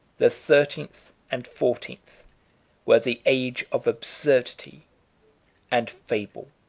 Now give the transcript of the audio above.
the thirteenth and fourteenth were the age of absurdity and fable.